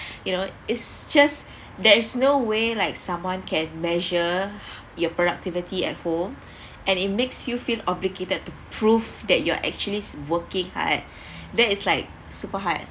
you know it's just there is no way like someone can measure your productivity at home and it makes you feel obligated to prove that you are actually is working hard that is like super hard